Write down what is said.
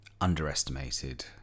underestimated